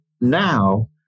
now